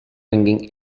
ringing